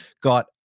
got